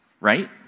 right